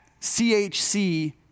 chc